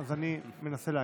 אז אני מנסה להגן.